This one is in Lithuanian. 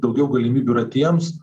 daugiau galimybių yra tiems